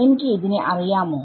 എനിക്ക് ഇതിനെ അറിയാമോ